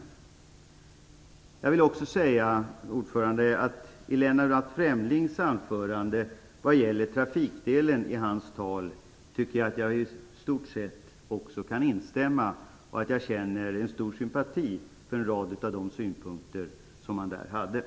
Herr talman! Jag vill också säga att jag i stort sett kan instämma i trafikdelen av Lennart Fremlings anförande. Jag känner stor sympati för en rad av de synpunkter som han förde fram där.